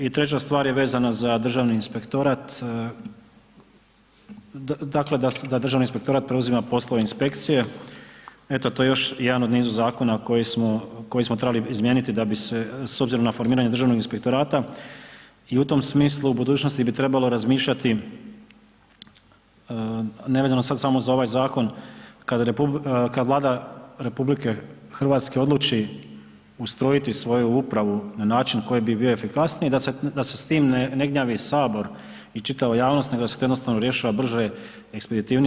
I treća stvar je vezana za Državni inspektorat, dakle da Državni inspektorat preuzima poslove inspekcije eto to je još u nizu zakona koji smo trebali izmijeniti da bi se, s obzirom na formiranje Državnog inspektorata i u tom smislu u budućnosti bi trebalo razmišljati, nevezano sad samo za ovaj zakon, kad Vlada RH odluči ustrojiti svoju upravu na način koji bi bio efikasniji da se s tim ne gnjavi sabor i čitava javnost, nego da to jednostavno rješava brže, ekspeditivnije.